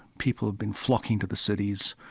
people have been flocking to the cities,